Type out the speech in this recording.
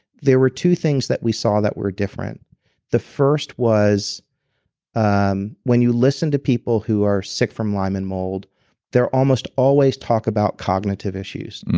there were two things that we saw that were different the first was um when you listen to people who are sick from lyme and mold. they almost always talk about cognitive issues,